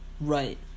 right